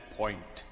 point